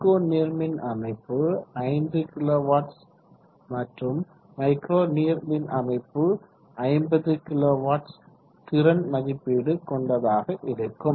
pico நீர்மின் அமைப்பு 5 kilowatts மற்றும் மைக்ரோ நீராமின் அமைப்பு 50 கிலோ வாட்ஸ் திறன் மதிப்பீடு கொண்டதாக இருக்கும்